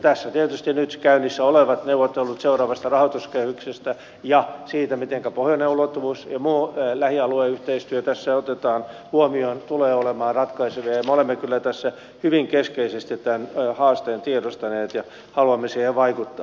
tässä tietysti nyt käynnissä olevat neuvottelut seuraavasta rahoituskehyksestä ja siitä mitenkä pohjoinen ulottuvuus ja muu lähialueyhteistyö tässä otetaan huomioon tulevat olemaan ratkaisevia ja me olemme kyllä tässä hyvin keskeisesti tämän haasteen tiedostaneet ja haluamme siihen vaikuttaa